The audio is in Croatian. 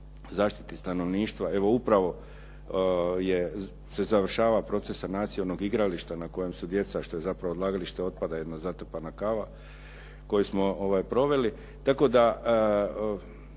zaštiti stanovništva, evo upravo se završava proces sanacije onog igrališta na kojem su djeca, što je zapravo odlagalište otpada, jedna zatrpana kava koju smo proveli.